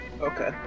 Okay